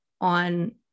on